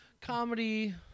Comedy